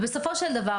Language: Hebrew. ובסופו של דבר,